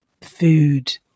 food